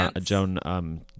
Joan